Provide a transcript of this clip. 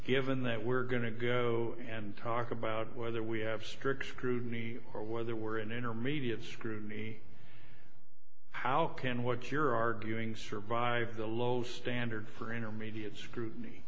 given that we're going to go and talk about whether we have strict scrutiny or whether we're an intermediate scrutiny how can what you're arguing survive the low standard for intermediate scrutiny